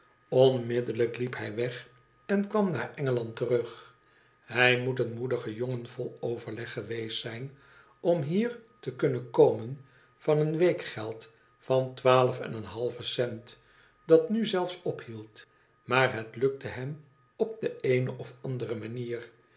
onmiddellijk liep hij weg en kwam naar engeland terug hij moet een moedige jongen vol overleg geweest zijn om hier te kunnen komen van een weekgeld van twaalf en een halve cent dat nu zelfs ophield maar het lukte hem op de eene of andere manier